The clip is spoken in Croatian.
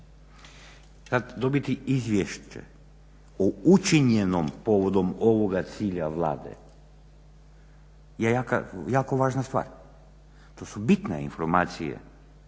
Kad dobiti izvješće o učinjenom povodom ovoga cilja Vlade je jako važna stvar. To su bitne informacije